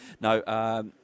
No